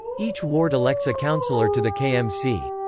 each ward elects a councillor to the kmc.